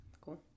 cool